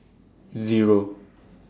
Zero